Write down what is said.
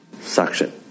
suction